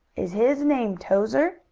is his name towser?